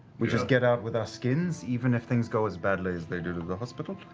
we just get out with our skins, even if things go as badly as they did at the hospital,